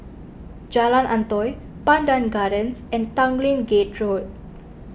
Jalan Antoi Pandan Gardens and Tanglin Gate Road